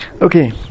Okay